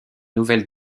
nouvelle